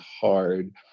hard